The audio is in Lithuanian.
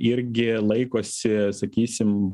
irgi laikosi sakysim